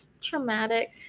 Traumatic